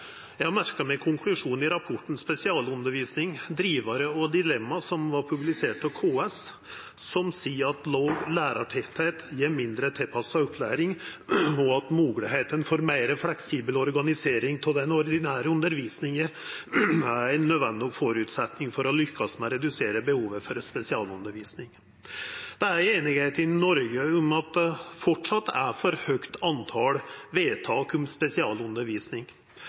Eg har merka meg konklusjonen i rapporten «Spesialundervisning – drivere og dilemma» – som vart publisert av KS – som seier at låg lærartettleik gjev mindre tilpassa opplæring, og at moglegheitene for meir fleksibel organisering av den ordinære undervisninga er ein nødvendig føresetnad for å lykkast med å redusera behovet for spesialundervisning. Det er einigheit i Noreg om at talet på vedtak om spesialundervisning framleis er for høgt.